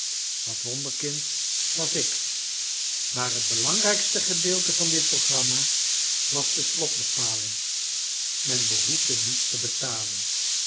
dat wonderkind was ik maar het belangrijkste gedeelte van dit programma was de slotbepaling men behoefde niets te betalen